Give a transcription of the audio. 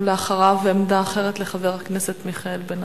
ואחריו, עמדה אחרת לחבר הכנסת מיכאל בן-ארי.